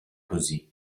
così